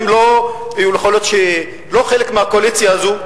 שיכול להיות שהם לא חלק מהקואליציה הזו.